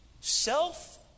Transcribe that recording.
self